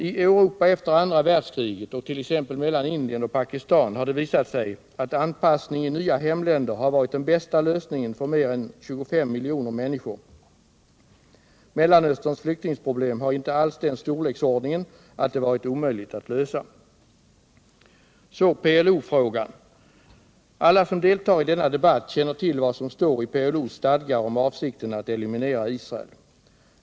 I Europa efter andra världskriget och t.ex. mellan Indien och Pakistan har det visat sig att anpassning i nya hemländer har varit den bästa lösningen för mer än 25 miljoner människor! Mellanösterns flyktingproblem har inte alls den storleksordningen att det varit omöjligt att lösa! Så PLO-frågan! Alla som deltar i denna debatt känner till vad som står i PLO:s stadgar om avsikten att eliminera Israel.